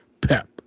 pep